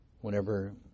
Whenever